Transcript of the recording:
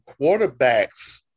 quarterbacks